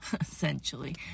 essentially